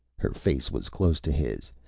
her face was close to his,